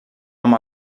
amb